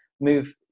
move